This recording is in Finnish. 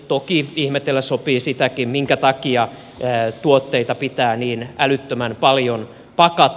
toki ihmetellä sopii sitäkin minkä takia tuotteita pitää niin älyttömän paljon pakata